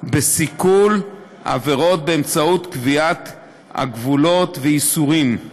בסיכול עבירות באמצעות קביעת הגבלות ואיסורים,